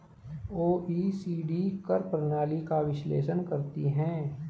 OECD कर प्रणाली का विश्लेषण करती हैं